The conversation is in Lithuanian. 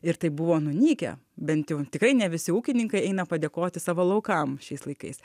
ir tai buvo nunykę bent jau tikrai ne visi ūkininkai eina padėkoti savo laukam šiais laikais